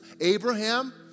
Abraham